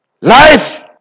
Life